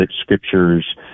scriptures